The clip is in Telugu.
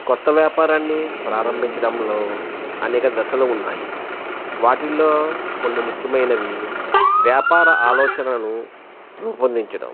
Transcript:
కొత్త వ్యాపారాన్ని ప్రారంభించడంలో అనేక దశలు ఉన్నాయి వాటిలో కొన్ని ముఖ్యమైనవి వ్యాపార ఆలోచనను రూపొందించడం